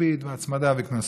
ריבית והצמדה וקנסות.